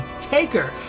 Taker